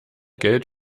geld